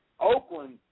Oakland